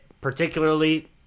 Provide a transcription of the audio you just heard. particularly